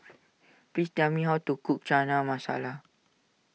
please tell me how to cook Chana Masala